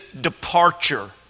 departure